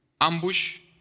ambush